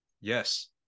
Yes